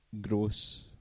gross